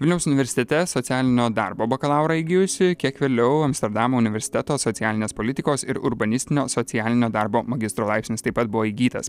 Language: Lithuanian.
vilniaus universitete socialinio darbo bakalaurą įgijusi kiek vėliau amsterdamo universiteto socialinės politikos ir urbanistinio socialinio darbo magistro laipsnis taip pat buvo įgytas